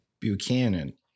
Buchanan